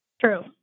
True